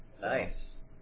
Nice